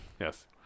Yes